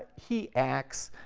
he acts